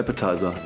Appetizer